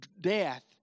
death